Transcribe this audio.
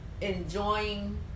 enjoying